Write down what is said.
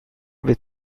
with